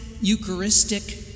Eucharistic